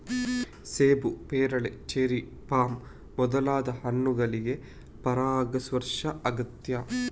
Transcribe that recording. ಸೇಬು, ಪೇರಳೆ, cherry, plum ಮೊದಲಾದ ಹಣ್ಣುಗಳಿಗೆ ಪರಾಗಸ್ಪರ್ಶ ಅಗತ್ಯ